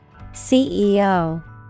CEO